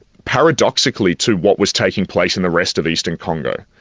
paradoxically to what was taking place in the rest of eastern congo.